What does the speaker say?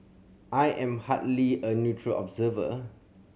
I am hardly a neutral observer